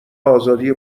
آزادی